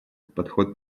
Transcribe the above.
подход